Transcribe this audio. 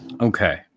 Okay